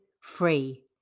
free